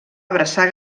abraçar